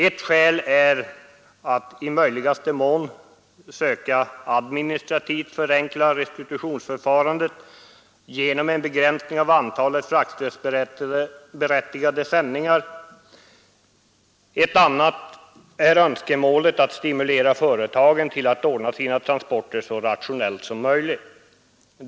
Ett skäl är att man i möjligaste mån bör söka administrativt förenkla restitutionsförfarandet genom en begränsning av antalet fraktstödsberättigade sändningar. Ett annat är önskemålet att stimulera företagen till att ordna sina transporter så rationellt som möjligt.